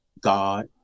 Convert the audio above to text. God